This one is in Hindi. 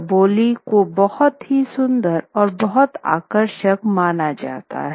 चौबोली को बहुत ही सुंदर और बहुत आकर्षक माना जाता है